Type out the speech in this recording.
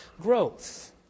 growth